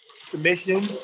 submission